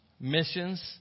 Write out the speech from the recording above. missions